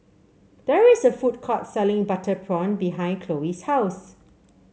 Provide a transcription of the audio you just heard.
there is a food court selling Butter Prawn behind Chloe's house